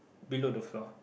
below the floor